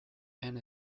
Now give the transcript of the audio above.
and